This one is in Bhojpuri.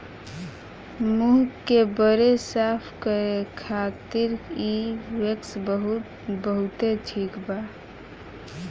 मुंह के बरे साफ करे खातिर इ वैक्स बहुते ठिक बा